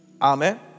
Amen